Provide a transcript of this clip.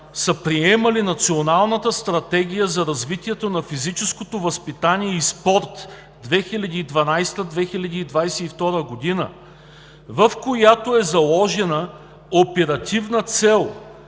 са приемали Националната стратегия за развитието на физическото възпитание и спорт 2012 – 2022 г., в която е заложена оперативна цел